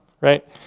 Right